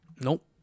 Nope